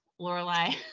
Lorelai